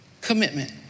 commitment